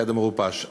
בחדר מעופש.